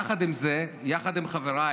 יחד עם זה, יחד עם חבריי,